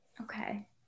Okay